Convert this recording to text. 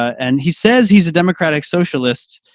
and he says he's a democratic socialist,